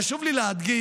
חשוב לי להדגיש